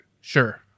Sure